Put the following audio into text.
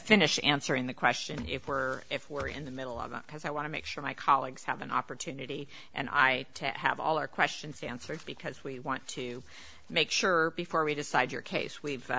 finish answering the question if we're if we're in the middle of a because i want to make sure my colleagues have an opportunity and i to have all our questions answered because we want to make sure before we decide your case we've